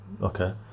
Okay